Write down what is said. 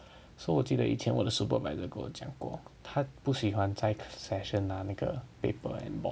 so 我记得以前我的 supervisor 给我讲过他不喜欢在 session 拿那个 paper and board